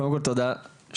קודם כל, תודה שבאת.